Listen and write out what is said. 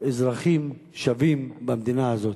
אזרחים שווים במדינה הזאת.